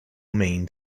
main